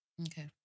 Okay